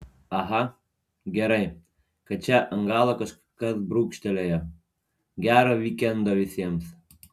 aha gerai kad čia ant galo kažkas brūkštelėjo gero vykendo visiems